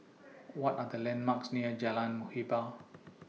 What Are The landmarks near Jalan Muhibbah